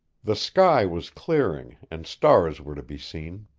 the sky was clearing, and stars were to be seen.